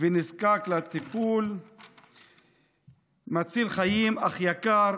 ונזקק לטיפול מציל חיים אך יקר,